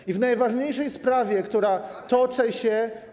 I w najważniejszej sprawie, która toczy się.